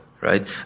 right